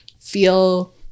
feel